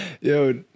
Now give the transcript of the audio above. Yo